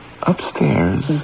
upstairs